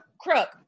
crook